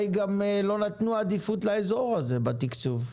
גם לא נתנו עדיפות לאזור הזה בתקצוב,